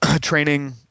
training